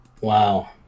Wow